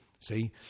See